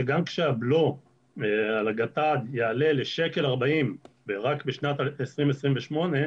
שגם כשהבלו על הגט"ד יעלה ל-1.40 שקל רק בשנת 2028,